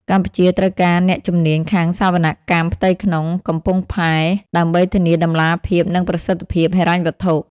កម្ពុជាត្រូវការអ្នកជំនាញខាងសវនកម្មផ្ទៃក្នុងក្នុងកំពង់ផែ ដើម្បីធានាតម្លាភាព និងប្រសិទ្ធភាពហិរញ្ញវត្ថុ។